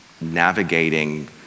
navigating